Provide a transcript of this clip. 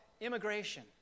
immigration